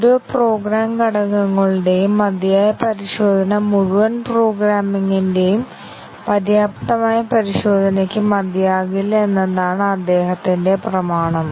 ഓരോ പ്രോഗ്രാം ഘടകങ്ങളുടെയും മതിയായ പരിശോധന മുഴുവൻ പ്രോഗ്രാമിന്റെയും പര്യാപ്തമായ പരിശോധനയ്ക്ക് മതിയാകില്ല എന്നതാണ് അദ്ദേഹത്തിന്റെ പ്രമാണം